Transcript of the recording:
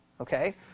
Okay